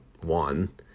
one